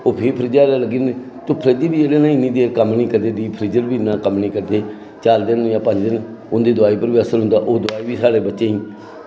ते ओह् फ्रिज च लग्गी दी ते फ्रिज बी इन्ना कम्म निं करदे चार दिन पंज दिन ते उं'दे वैक्सीन दा बी ते ओह् आखदे कि साढ़े बच्चें ई